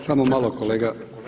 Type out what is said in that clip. Samo malo kolega.